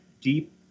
deep